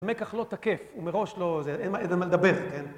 המקח לא תקף, ומראש לא... אין מה לדבר, כן?